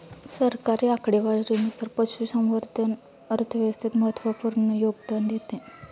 सरकारी आकडेवारीनुसार, पशुसंवर्धन अर्थव्यवस्थेत महत्त्वपूर्ण योगदान देते